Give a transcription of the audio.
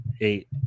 Eight